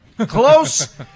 close